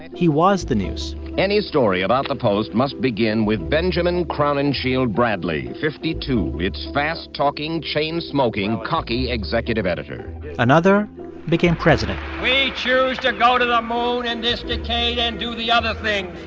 and he was the news any story about the post must begin with benjamin crowninshield bradlee, fifty two, its fast-talking, chain-smoking, cocky executive editor another became president we choose to go to the moon in this decade and do the other things,